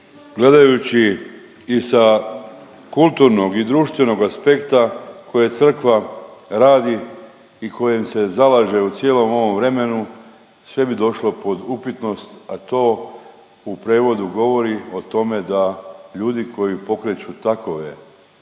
gledajući i sa kulturnog i društvenog aspekta koje Crkva radi i kojim se zalaže u cijelom ovom vremenu sve bi došlo pod upitnost, a to u prevodu govori o tome da ljudi koji pokreću takove